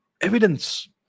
evidence